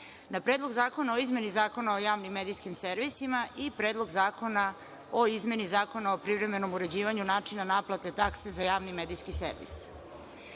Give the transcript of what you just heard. Predlog zakona o izmeni Zakona o javnim medijskim servisima i Predlog zakona o izmeni Zakona o privremenom uređivanju načina naplate takse za javni medijski servis.